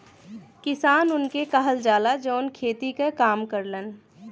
किसान उनके कहल जाला, जौन खेती क काम करलन